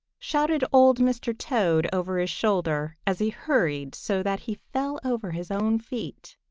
shouted old mr. toad over his shoulder, as he hurried so that he fell over his own feet.